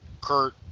Kurt